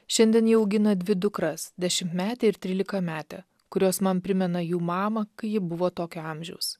šiandien ji augina dvi dukras dešimtmetę ir trylikametę kurios man primena jų mamą kai ji buvo tokio amžiaus